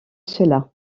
cela